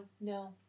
no